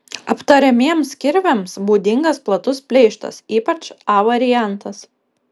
aptariamiems kirviams būdingas platus pleištas ypač a variantas